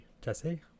jesse